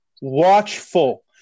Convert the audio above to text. watchful